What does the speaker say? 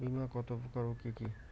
বীমা কত প্রকার ও কি কি?